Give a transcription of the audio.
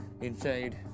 inside